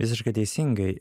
visiškai teisingai